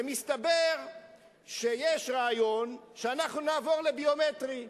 ומסתבר שיש רעיון שנעבור לביומטרי.